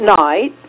night